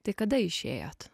tai kada išėjot